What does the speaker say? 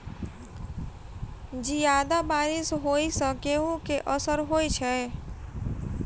जियादा बारिश होइ सऽ गेंहूँ केँ असर होइ छै?